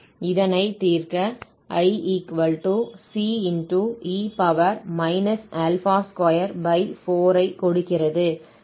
இதனை தீர்க்க Ic e 24 ஐ கொடுக்கிறது